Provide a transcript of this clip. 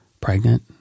pregnant